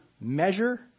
measure